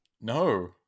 No